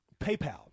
paypal